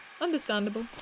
Understandable